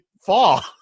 fall